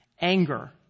anger